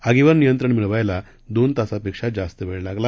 आगीवर नियंत्रण मिळवायला दोन तासापेक्षा जास्त वेळ लागला